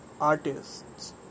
artists